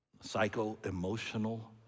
psycho-emotional